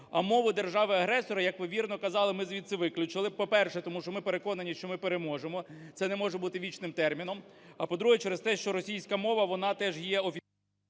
а мову держави-агресора, як ви вірно казали, ми звідси виключили. По-перше, тому що ми переконані, що ми переможемо. Це не може бути вічним терміном. А, по-друге, через те, що російська мова, вона теж є...